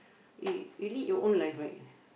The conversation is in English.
y~ you lead your own life right